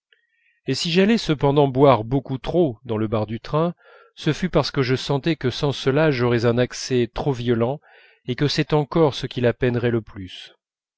et si j'allai cependant boire beaucoup trop dans le bar du train ce fut parce que je sentais que sans cela j'aurais un accès trop violent et que c'est encore ce qui la peinerait le plus